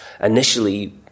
Initially